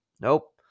nope